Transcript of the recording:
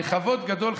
בכבוד גדול,